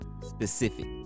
specific